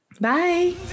Bye